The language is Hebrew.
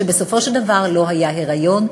ובסופו של דבר לא היה היריון,